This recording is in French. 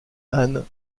ann